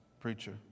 preacher